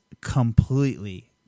completely